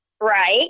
right